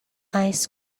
ice